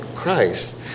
christ